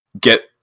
get